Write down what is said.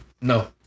no